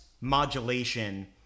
modulation